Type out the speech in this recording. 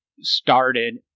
started